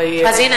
הנה,